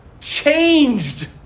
Changed